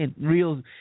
real